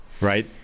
right